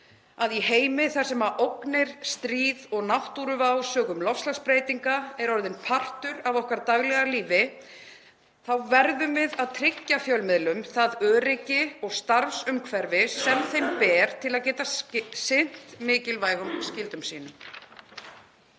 að í heimi þar sem ógnir, stríð og náttúruvá sökum loftslagsbreytinga eru orðin partur af okkar daglega lífi, þá verðum við að tryggja fjölmiðlum það öryggi og starfsumhverfi sem þeim ber til að geta sinnt mikilvægum skyldum sínum.